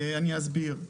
אני אסביר.